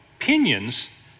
opinions